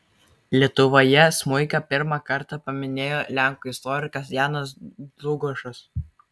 lietuvoje smuiką pirmą kartą paminėjo lenkų istorikas janas dlugošas